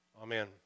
Amen